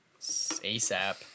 ASAP